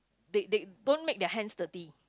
they they don't make their hands dirty